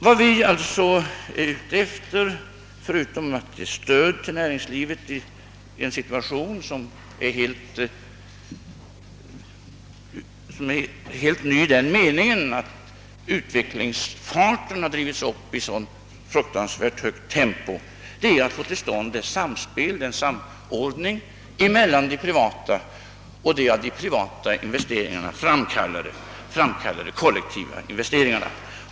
Vad vi alltså strävar efter — utom att ge stöd till näringslivet i en situation som är helt ny i den meningen att utvecklingsfarten drivits upp till ett så fruktansvärt tempo — är att få till stånd ett samspel och en samordning mellan de privata investeringarna och de av dessa framkallade kollektiva investeringarna.